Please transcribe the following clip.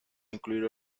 incluir